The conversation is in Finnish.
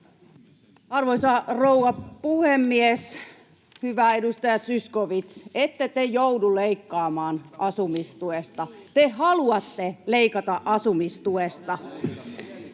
Arvoisa rouva puhemies! Hyvä edustaja Zyskowicz, ette te joudu leikkaamaan asumistuesta, te haluatte leikata asumistuesta.